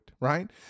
right